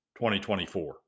2024